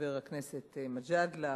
חבר הכנסת מג'אדלה,